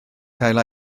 cael